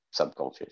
subcultures